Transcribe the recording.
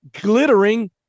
glittering